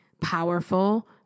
powerful